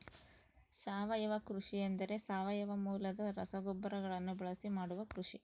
ಸಾವಯವ ಕೃಷಿ ಎಂದರೆ ಸಾವಯವ ಮೂಲದ ರಸಗೊಬ್ಬರಗಳನ್ನು ಬಳಸಿ ಮಾಡುವ ಕೃಷಿ